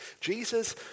Jesus